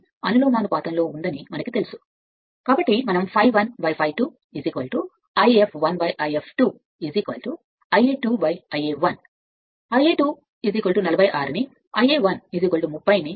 కాబట్టి మనం ∅1 ∅ 2 ∅1 ∅ 2 ∅ 2 ∅ 1 ∅2 46 ప్రతిక్షేపిస్తే మనకు ∅1 30 వచ్చింది